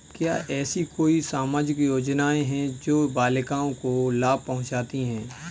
क्या ऐसी कोई सामाजिक योजनाएँ हैं जो बालिकाओं को लाभ पहुँचाती हैं?